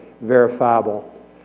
verifiable